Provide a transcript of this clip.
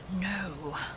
No